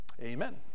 amen